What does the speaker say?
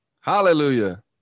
Hallelujah